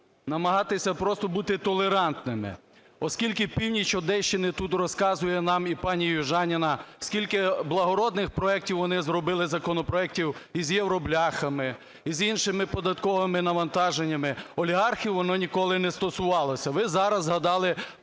намагатися просто бути толерантними. Оскільки північ Одещини, тут розказує нам і пані Южаніна, скільки благородних проектів вони зробили, законопроектів із "євробляхами", і із іншими податковими навантаженнями, олігархів воно ніколи не стосувалося. Ви зараз згадали